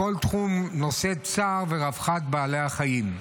בכל תחום נושא צער ורווחת בעלי החיים.